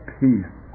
peace